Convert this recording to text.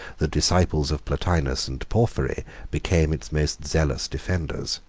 the disciples of plotinus and porphyry became its most zealous defenders.